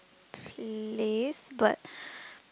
place but